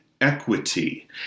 equity